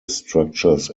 structures